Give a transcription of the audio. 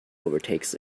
overtakes